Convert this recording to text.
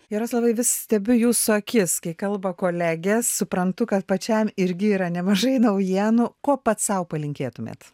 jaroslavai vis stebiu jūsų akis kai kalba kolegės suprantu kad pačiam irgi yra nemažai naujienų ko pats sau palinkėtumėt